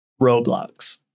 Roblox